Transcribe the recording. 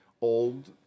old